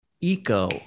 eco